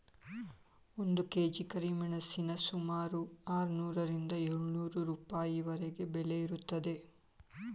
ಒಂದು ಕೆ.ಜಿ ಕರಿಮೆಣಸಿನ ಸುಮಾರು ಆರುನೂರರಿಂದ ಏಳು ನೂರು ರೂಪಾಯಿವರೆಗೆ ಬೆಲೆ ಇರುತ್ತದೆ